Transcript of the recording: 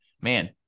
man